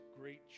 great